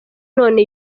none